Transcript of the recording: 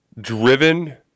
driven